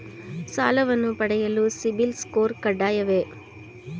ಸಾಲವನ್ನು ಪಡೆಯಲು ಸಿಬಿಲ್ ಸ್ಕೋರ್ ಕಡ್ಡಾಯವೇ?